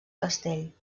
castell